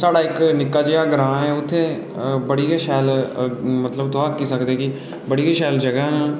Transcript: साढ़ा इक निक्का जेहा ग्रां उत्थै बड़ी गै शैल मतलब तुस आक्खी सकदे कि बड़ी गै शैल जगहां हैन